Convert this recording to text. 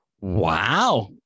Wow